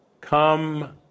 come